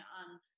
on